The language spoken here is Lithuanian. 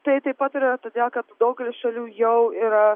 tai taip pat yra todėl kad daugelis šalių jau yra